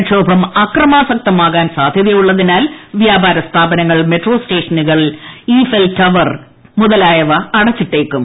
പ്രക്ഷോഭം അക്രമാസക്തമാകാൻ സാദ്ധ്യതയുള്ളതിനാൽ വ്യാപാര സ്ഥാപനങ്ങൾ മെട്രോ സ്റ്റേഷനുകൾ ഈഫൽ ടവർ മുതലായവ അടച്ചിട്ടേക്കും